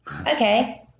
Okay